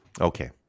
Okay